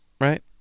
right